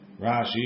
Rashi